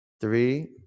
three